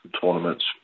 tournaments